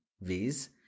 viz